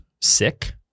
sick